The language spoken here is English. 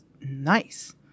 nice